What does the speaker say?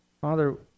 Father